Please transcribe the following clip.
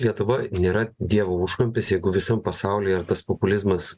lietuva nėra dievo užkampis jeigu visam pasaulyje ir tas populizmas